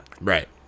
right